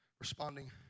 Responding